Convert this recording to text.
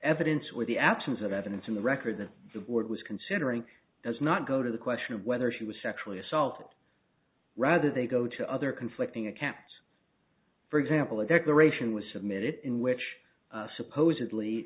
evidence with the absence of evidence in the record that the board was considering as not go to the question of whether she was sexually assaulted rather they go to other conflicting accounts for example a declaration was submitted in which supposedly